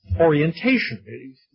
orientation